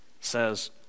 says